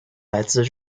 来自